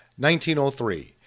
1903